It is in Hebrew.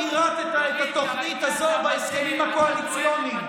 מדוע לא פירטת את התוכנית הזו בהסכמים הקואליציוניים?